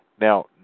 Now